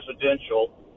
presidential